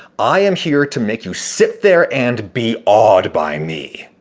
i am here to make you sit there and be awed by me.